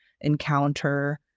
encounter